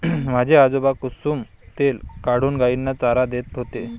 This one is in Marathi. माझे आजोबा कुसुम तेल काढून गायींना चारा देत होते